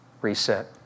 reset